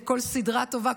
כל סדרה טובה,